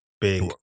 big